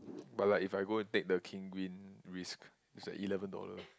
but like if I go take the risk it's eleven dollar